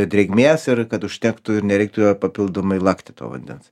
drėgmės ir kad užtektų ir nereiktų papildomai lakti to vandens